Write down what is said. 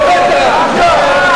39, נגד,